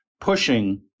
pushing